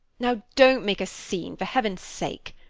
now don't make a scene, for heaven's sake,